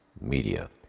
media